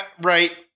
right